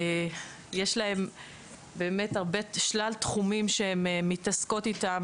יש להן באמת שלל תחומים שהן מתעסקות איתן